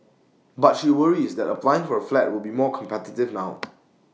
but she worries that applying for A flat will be more competitive now